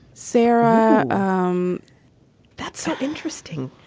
sarah. um that's so interesting.